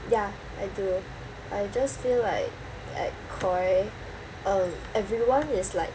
ya I do I just feel like at koi um everyone is like